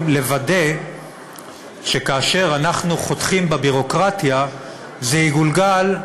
לוודא שכאשר אנחנו חותכים בביורוקרטיה זה יגולגל,